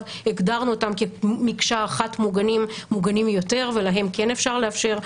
הגדרנו אותן כמקשה אחת מוגנים יותר ולהם כן אפשר לאפשר.